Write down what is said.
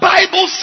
Bible